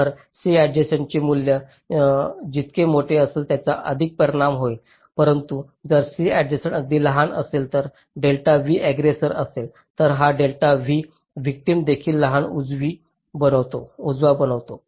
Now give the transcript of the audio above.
तर C ऍडजेसंटचे मूल्य जितके मोठे असेल त्याचा अधिक परिणाम होईल परंतु जर C ऍडजेसंट अगदी लहान असेल तर डेल्टा V अग्ग्रेसोर असेल तर हा डेल्टा V व्हिक्टिम देखील लहान उजवा बनतो